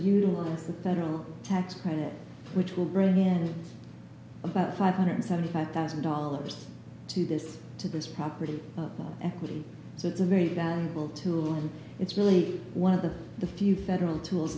want the federal tax credit which will bring in about five hundred seventy five thousand dollars to this to this property and so it's a very valuable tool and it's really one of the the few federal tools